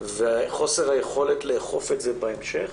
וחוסר היכולת לאכוף את זה בהמשך